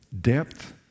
depth